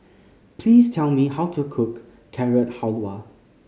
please tell me how to cook Carrot Halwa